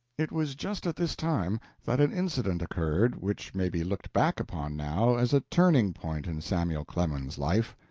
it was just at this time that an incident occurred which may be looked back upon now as a turning-point in samuel clemens's life.